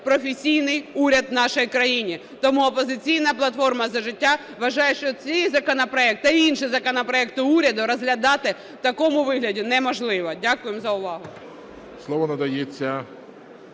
професійний уряд нашої країни. Тому "Опозиційна платформа – За життя" вважає, що цей законопроект та інші законопроекти уряду розглядати в такому вигляді неможливо. Дякую за увагу.